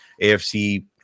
afc